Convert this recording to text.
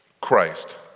Christ